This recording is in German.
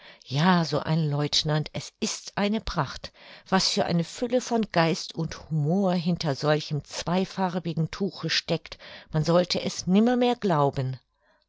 ja so ein lieutenant es ist eine pracht was für eine fülle von geist und humor hinter solchem zweifarbigen tuche steckt man sollte es nimmermehr glauben